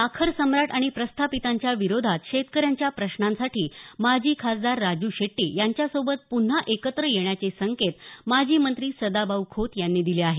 साखर सम्राट आणि प्रस्थापितांच्या विरोधात शेतकऱ्यांच्या प्रश्नांसाठी माजी खासदार राजू शेट्टी यांच्यासोबत पुन्हा एकत्र येण्याचे संकेत माजी मंत्री सदाभाऊ खोत यांनी दिले आहेत